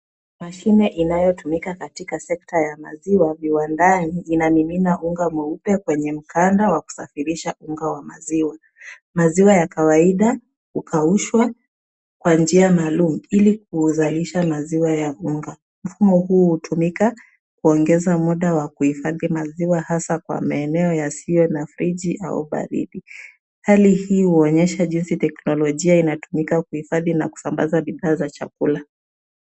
Mashine inayotumika katika sekta ya maziwa viwandani inamimina unga mweupe kwenye mkanda wa kusafirisha unga wa maziwa. Maziwa ya kawaida hukaushwa kwa njia maalumu ili kuzalisha maziwa ya unga. Mfumo huu hutumika kuongeza muda wa kuhifadhi maziwa hasa kwa maeneo yasiyo na friji au baridi. Hali hii huonyesha jinsi teknolojia inatumika kuhifadhi na kusambaza bidhaa za chakula.